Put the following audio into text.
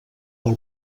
pel